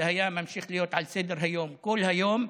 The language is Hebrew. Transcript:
זה היה ממשיך להיות על סדר-היום כל היום,